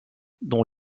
dont